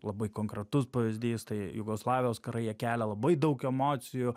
labai konkretus pavyzdys tai jugoslavijos karai jie kelia labai daug emocijų